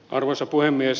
arvoisa puhemies